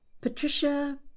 Patricia